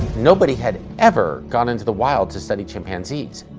nobody had ever gone into the wild to study chimpanzees.